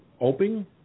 opening